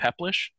peplish